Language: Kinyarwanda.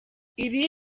iri